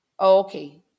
Okay